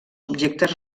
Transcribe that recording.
objectes